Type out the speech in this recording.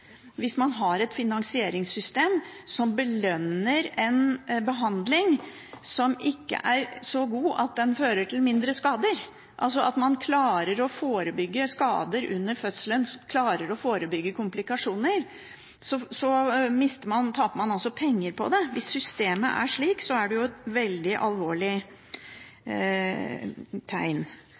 hvis man har et finansieringssystem som belønner en behandling som ikke er så god at den fører til færre skader – altså at man klarer å forebygge skader under fødselen, klarer å forebygge komplikasjoner. Man taper altså penger på det. Hvis systemet er slik, er det veldig alvorlig, og noe man er nødt til å gjøre noe med, for det